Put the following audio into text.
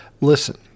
Listen